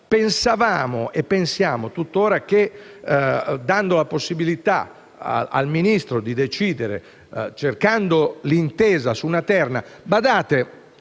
pensavamo e pensiamo tuttora di dare la possibilità al Ministro di decidere, cercando l'intesa su una terna. Forse